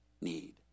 need